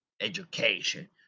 Education